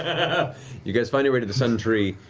ah you guys find your way to the sun tree.